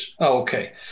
Okay